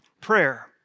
Prayer